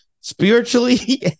spiritually